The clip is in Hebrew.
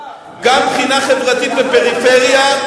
גם מבחינה חברתית ופריפריה,